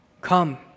Come